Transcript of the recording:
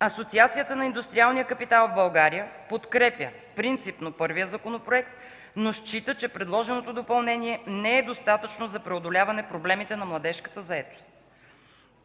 Асоциацията на индустриалния капитал в България подкрепя принципно първия законопроект, но счита, че предложеното допълнение не е достатъчно за преодоляване проблемите на младежката заетост.